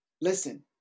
Listen